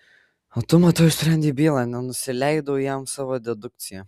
o tu matau išsprendei bylą nenusileidau jam savo dedukcija